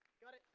got it.